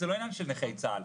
זה לא עניין של נכי צה"ל.